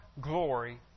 glory